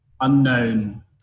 unknown